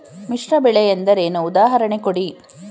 ಮಿಶ್ರ ಬೆಳೆ ಎಂದರೇನು, ಉದಾಹರಣೆ ಕೊಡಿ?